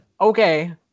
okay